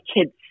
kids